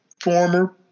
former